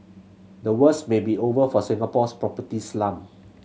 the worst may be over for Singapore's property slump